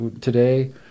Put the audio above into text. today